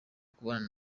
kubana